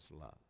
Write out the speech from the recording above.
love